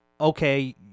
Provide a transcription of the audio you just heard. okay